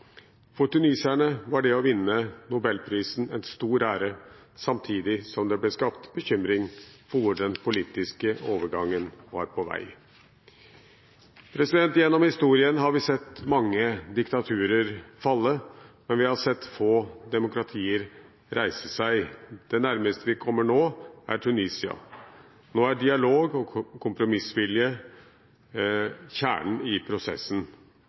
For tunisierne var det å vinne Nobelprisen en stor ære, samtidig som det ble skapt bekymring for hvor den politiske overgangen var på vei. Gjennom historien har vi sett mange diktaturer falle, men vi har sett få demokratier reise seg. Det nærmeste vi kommer nå, er Tunisia. Nå er dialog og kompromissvilje kjernen i prosessen.